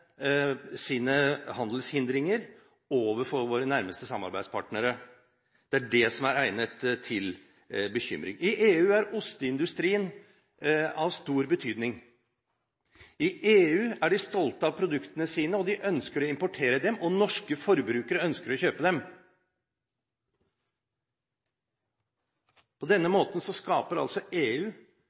sine handelshindringer overfor våre nærmeste samarbeidspartnere, som er egnet til bekymring. I EU er osteindustrien av stor betydning. I EU er de stolte av produktene sine, og de ønsker å eksportere dem, og norske forbrukere ønsker å kjøpe dem. På denne måten skaper EU eksportinntekter, som de igjen kan bruke til å importere vareslag som det ikke er så